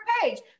page